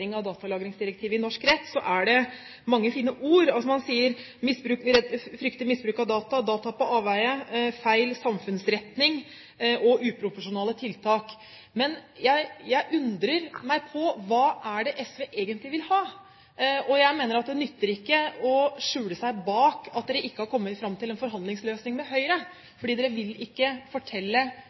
implementering av datalagringsdirektivet i norsk rett, brukes det mange fine ord: frykter misbruk av data, data på avveier, feil samfunnsretning og uproporsjonale tiltak. Men jeg undrer meg på: Hva er det SV egentlig vil ha? Jeg mener det ikke nytter å skjule seg bak det at SV ikke har kommet fram til en forhandlingsløsning med Høyre, for SV vil ikke fortelle